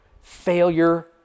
failure